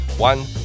One